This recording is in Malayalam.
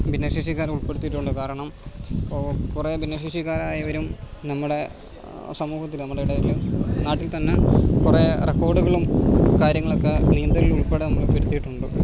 ഭിന്നശേഷിക്കാരെ ഉൾപ്പെടുത്തിയിട്ടുണ്ട് കാരണം ഇപ്പോൾ കുറേ ഭിന്നശേഷിക്കാരായവരും നമ്മുടെ സമൂഹത്തിൽ നമ്മുടെ ഇടയിൽ നാട്ടിൽത്തന്നെ കുറേ റെക്കോഡുകളും കാര്യങ്ങളൊക്കെ നീന്തലിലുൾപ്പെടെ നമ്മൾ വരുത്തിയിട്ടുണ്ട്